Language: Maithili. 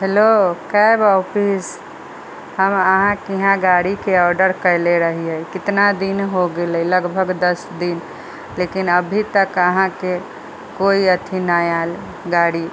हैलो कैब ऑफिस हम अहाँके इहाँ गाड़ी के ऑर्डर कयले रहिए कितना दिन हो गेलै लगभग दस दिन लेकिन अभी तक अहाँके कोइ अथी नहि आयल गाड़ी